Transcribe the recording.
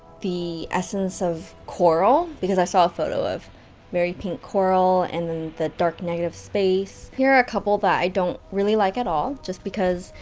the essence of coral, because i saw a photo of very pink coral and then the dark negative space, here are a couple that i don't really like at all. just because.